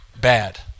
bad